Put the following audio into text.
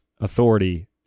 authority